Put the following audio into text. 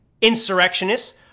insurrectionists